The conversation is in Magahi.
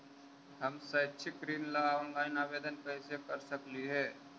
हम शैक्षिक ऋण ला ऑनलाइन आवेदन कैसे कर सकली हे?